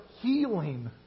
healing